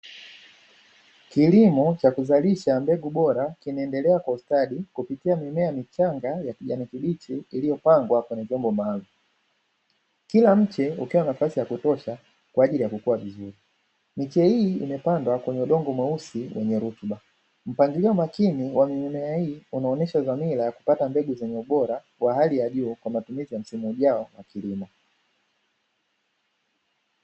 Kilimo cha kuzalisha mbegu bora kinaendelea kwa ustadi kupitia mimea michanga ya kijani kibichi iliyopangwa kwenye vyombo maalumu. Kila mche ukiwa na nafasi ya kutosha kwa ajili ya kukua vizuri, miche hii imepandwa kwenye udongo mweusi wenye rutuba. Mpangilio makini wa mimea hii unaonesha dhamira ya kupata mbegu zenye ubora wa hali ya juu kwa matumizi ya msimu ujao wa kilimo.